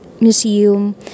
museum